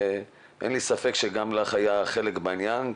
ואין לי ספק שגם לך היה חלק בעניין.